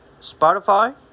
Spotify